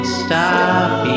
stop